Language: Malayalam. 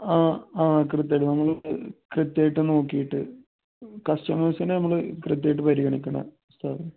ആ ആ കൃത്യമായിട്ട് നമ്മൾ കൃത്യമായിട്ട് നോക്കിയിട്ട് കസ്റ്റമേഴ്സിനെ നമ്മൾ കൃത്യമായിട്ട് പരിഗണിക്കണം സ്റ്റാഫ്